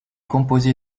composé